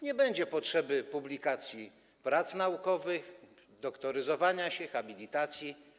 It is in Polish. Nie będzie potrzeby publikacji prac naukowych, doktoryzowania się, habilitacji.